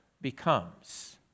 becomes